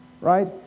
right